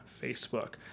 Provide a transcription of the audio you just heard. Facebook